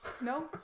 No